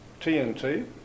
TNT